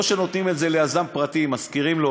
או שנותנים את זה ליזם פרטי, משכירים לו